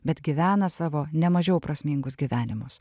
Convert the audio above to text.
bet gyvena savo nemažiau prasmingus gyvenimus